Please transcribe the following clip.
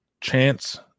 chance